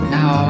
Now